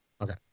Okay